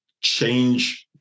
change